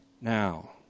Now